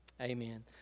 Amen